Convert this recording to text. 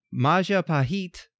Majapahit